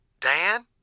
Dan